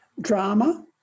drama